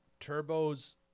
turbos